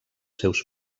seus